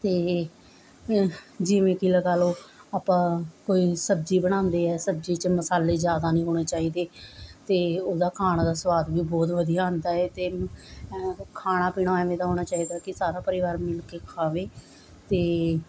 ਅਤੇ ਅਹ ਜਿਵੇਂ ਕਿ ਲਗਾ ਲਉ ਆਪਾਂ ਕੋਈ ਸਬਜ਼ੀ ਬਣਾਉਂਦੇ ਹੈ ਸਬਜ਼ੀ 'ਚ ਮਸਾਲੇ ਜ਼ਿਆਦਾ ਨਹੀਂ ਹੋਣੇ ਚਾਹੀਦੇ ਅਤੇ ਉਹਦਾ ਖਾਣ ਦਾ ਸਵਾਦ ਵੀ ਬਹੁਤ ਵਧੀਆ ਆਉਂਦਾ ਏ ਅਤੇ ਖਾਣਾ ਪੀਣਾ ਐਵੇਂ ਦਾ ਹੋਣਾ ਚਾਹੀਦਾ ਕਿ ਸਾਰਾ ਪਰਿਵਾਰ ਮਿਲ ਕੇ ਖਾਵੇ ਅਤੇ